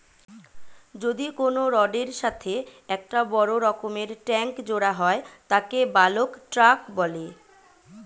যদি কোনো রডের এর সাথে একটা বড় রকমের ট্যাংক জোড়া হয় তাকে বালক ট্যাঁক বলে